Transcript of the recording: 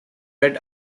red